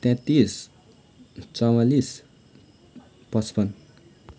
तेत्तिस चवालिस पचपन्न